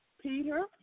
Peter